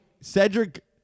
Cedric